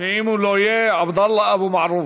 ואם הוא לא יהיה, עבדאללה אבו מערוף,